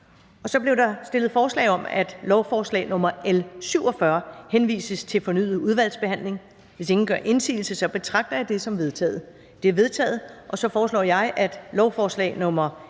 Og så blev der stillet forslag om, at lovforslag nr. L 47 henvises til fornyet udvalgsbehandling. Hvis ingen gør indsigelse, betragter jeg det som vedtaget. Det er vedtaget. Så foreslår jeg, at lovforslag nr. L